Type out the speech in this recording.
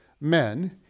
men